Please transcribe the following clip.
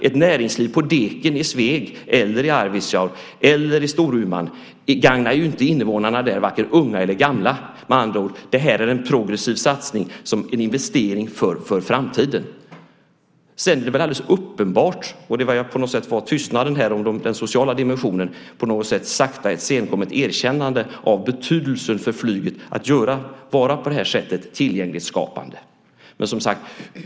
Ett näringsliv på dekis i Sveg, i Arvidsjaur eller i Storuman gagnar ju inte invånarna där, vare sig unga eller gamla. Med andra ord är det en progressiv satsning, en investering för framtiden. Tystnaden här om den sociala dimensionen var på något sätt ett sakta och senkommet erkännande av betydelsen för flyget att vara tillgänglighetsskapande.